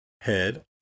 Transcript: head